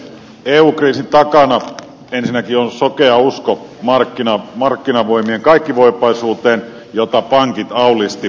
eu kriisin takana ensinnäkin on sokea usko markkinavoimien kaikkivoipaisuuteen jota pankit auliisti toki ruokkivat